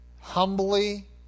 humbly